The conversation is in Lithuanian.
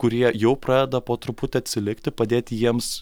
kurie jau pradeda po truputį atsilikti padėti jiems